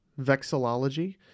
vexillology